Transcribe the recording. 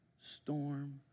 storm